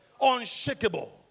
Unshakable